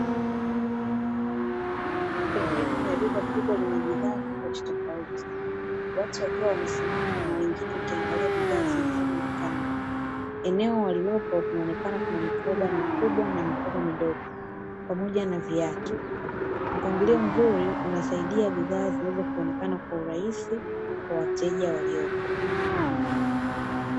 Sehemu ya duka kubwa lenye bidhaa tofautitofauti, watu wakiwa wamesimama nawengine wakiangalia bidhaa zilizoko dukani. Eneo walioko linaonekana kuna mikoba mikubwa na mikoba midogo pamoja na viatu. Mpangilio mzuri unasaidia bidhaa ziweze kuonekana kwa urahisi kwa wateja waliopo.